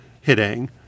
hitting